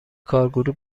کارگروه